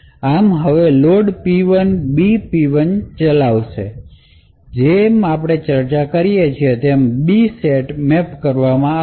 આમ હવે load P1 B P1 ચલાવશેઅને જેમ આપણે ચર્ચા કરી તેમ બી સેટ મૅપ કરવામાં આવશે